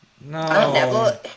No